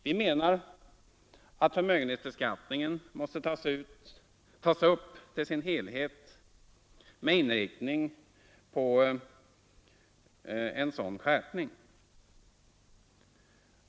Vi menar att förmögenhetsbeskattningen måste tas upp i sin helhet med inriktning på en sådan skärpning.